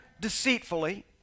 deceitfully